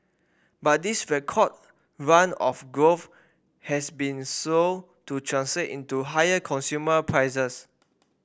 but this record run of growth has been slow to translate into higher consumer prices